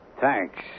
Thanks